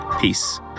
Peace